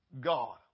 God